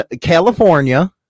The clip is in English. California